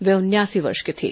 वे उनयासी वर्ष के थे